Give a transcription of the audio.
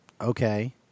Okay